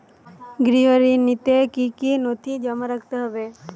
গৃহ ঋণ নিতে কি কি নথি জমা রাখতে হবে?